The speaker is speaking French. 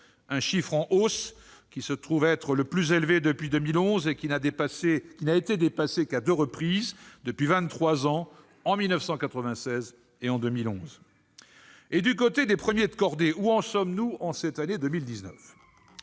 Ce chiffre en hausse se trouve être le plus élevé depuis 2011 et n'a été dépassé qu'à deux reprises depuis vingt-trois ans, en 1996 et en 2011. Du côté des « premiers de cordée », où en sommes-nous en cette année 2019 ?